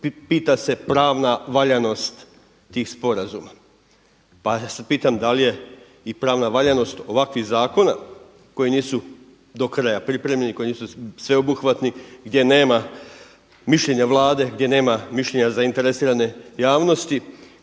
pita se pravna valjanost tih sporazuma. Pa se pitam da li je i pravna valjanost ovakvih zakona koji nisu do kraja pripremljeni, koji nisu sveobuhvatni, gdje nema mišljenja Vlade, gdje nema mišljenja zainteresirane javnosti